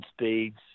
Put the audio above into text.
speeds